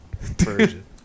version